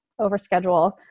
overschedule